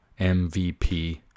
MVP